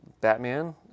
Batman